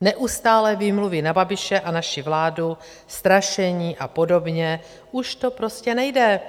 Neustálé výmluvy na Babiše a naši vládu, strašení a podobně už to prostě nejde.